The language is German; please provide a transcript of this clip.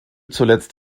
zuletzt